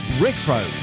retro